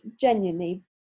genuinely